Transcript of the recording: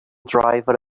driver